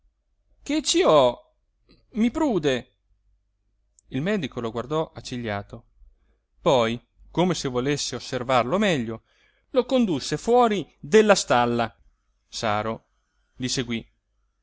che ci ho i prude il medico lo guardò accigliato poi come se volesse osservarlo meglio lo condusse fuori della stalla saro li seguí